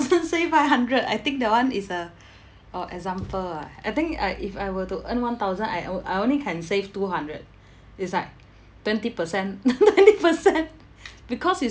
save five hundred I think that [one] is a oh example ah I think uh if I were to earn one thousand I on~ I only can save two hundred it's like twenty percent twenty percent because it's